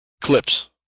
clips